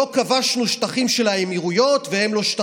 לא כבשנו שטחים של האמירויות והם לא כבשו